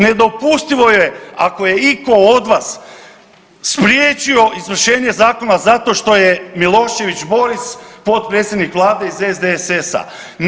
Nedopustivo je ako je iko od vas spriječio izvršenje zakona zato što je Milošević Boris potpredsjednik vlade iz SDSS-a.